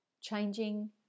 changing